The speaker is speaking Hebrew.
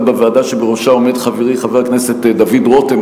בוועדה שבראשה עומד חברי חבר הכנסת דוד רותם,